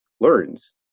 learns